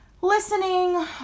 listening